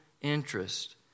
interest